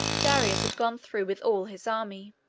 darius had gone through with all his army.